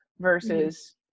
versus